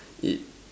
it